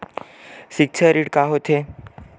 सिक्छा ऋण का होथे?